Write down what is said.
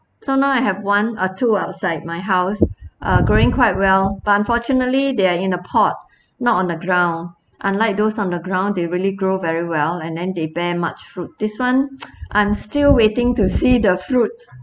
so now I have one uh two outside my house uh growing quite well but unfortunately they are in a pot not on a ground unlike those on the ground they really grow very well and then they bear much fruit this one I'm still waiting to see the fruits